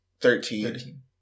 Thirteen